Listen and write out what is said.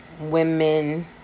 women